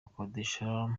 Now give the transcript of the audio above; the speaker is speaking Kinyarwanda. akodesha